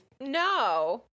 No